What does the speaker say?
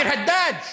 ביר-הדאג'?